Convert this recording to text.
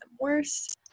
worse